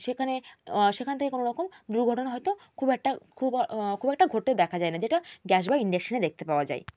সেখানে সেখান থেকে কোনো রকম দুর্ঘটনা হয়তো খুব একটা খুব খুব একটা ঘটতে দেখা যায় না যেটা গ্যাস বা ইন্ডেকশানে দেখতে পাওয়া যায়